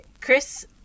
Chris